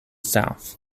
south